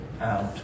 out